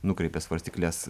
nukreipė svarstykles